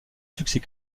succès